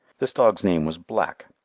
this dog's name was black,